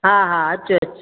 हा हा अचु अचु